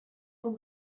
from